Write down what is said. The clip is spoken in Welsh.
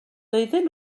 doedden